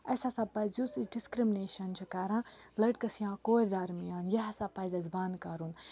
اَسہِ ہَسا پَزِ یُس أسۍ ڈِسکِرٛمنیشَن چھِ کَران لٔڑکَس یا کورِ درمیان یہِ ہَسا پَزِ اَسہِ بنٛد کَرُن